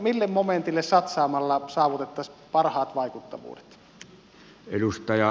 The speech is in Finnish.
mille momentille satsaamalla saavutettaisiin parhaat vaikuttavuudet